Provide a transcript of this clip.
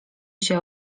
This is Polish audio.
się